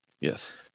Yes